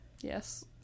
Yes